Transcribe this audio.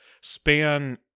span